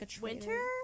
winter